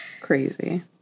Crazy